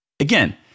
Again